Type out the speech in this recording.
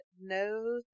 no